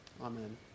Amen